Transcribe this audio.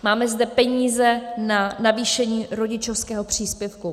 Máme zde peníze na navýšení rodičovského příspěvku.